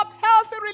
healthy